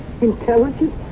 intelligent